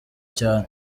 cyane